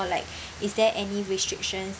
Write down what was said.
like is there any restrictions